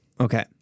Okay